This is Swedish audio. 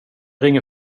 ringer